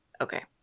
Okay